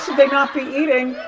they not be eating,